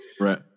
right